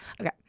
Okay